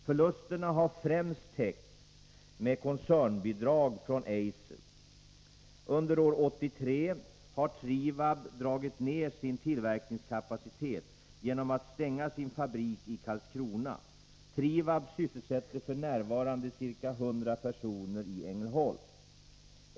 Förlusterna har främst täckts med koncernbidrag från Eiser. Under år 1983 har Trivab dragit ner sin tillverkningskapacitet genom att stänga sin fabrik i Karlskrona. Trivab sysselsätter f. n. ca 100 personer i Ängelholm.